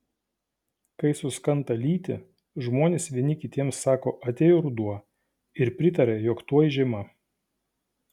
kai suskanta lyti žmonės vieni kitiems sako atėjo ruduo ir pritaria jog tuoj žiema